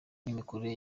n’imikorere